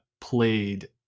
played